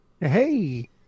Hey